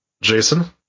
Jason